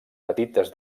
petites